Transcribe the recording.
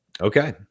Okay